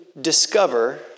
discover